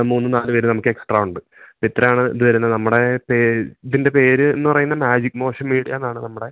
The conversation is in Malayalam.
മൂന്ന് നാല് പേര് നമക്കെക്സ്ട്രാ ഉണ്ട് എത്രയാണ് ഇത് വെര്ന്ന നമ്മടെ പേര് ഇതിൻ്റെ പേര്ന്ന് പറയ്ന്ന മാജിക് മോഷൻ മീഡിയാന്നാണ് നമ്മടെ